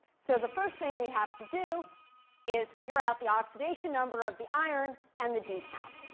so the first thing we have to do is figure out the oxidation number of the iron and the d count.